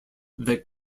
that